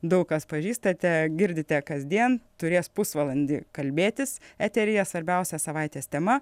daug kas pažįstate girdite kasdien turės pusvalandį kalbėtis eteryje svarbiausia savaitės tema